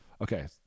Okay